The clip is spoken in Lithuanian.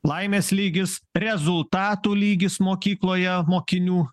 laimės lygis rezultatų lygis mokykloje mokinių